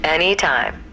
Anytime